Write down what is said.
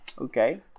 Okay